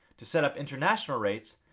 to set up international rates